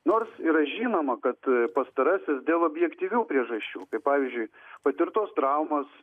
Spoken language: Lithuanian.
nors yra žinoma kad pastarasis dėl objektyvių priežasčių pavyzdžiui patirtos traumos